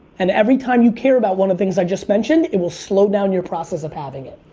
and every time you care about one of the things i just mentioned, it will slow down your process of having it.